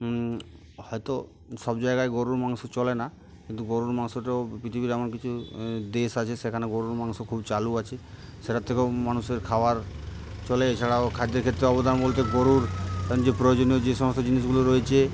হয়তো সব জায়গায় গরুর মাংস চলে না কিন্তু গরুর মাংসটাও পৃথিবীর এমন কিছু দেশ আছে সেখানে গরুর মাংস খুব চালু আছে সেটার থেকেও মানুষের খাবার চলে এছাড়াও খাদ্যের ক্ষেত্রে অবদান বলতে গরুর যে প্রয়োজনীয় যে সমস্ত জিনিসগুলো রয়েছে